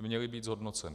měly být zhodnoceny.